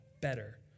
better